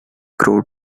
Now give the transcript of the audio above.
crow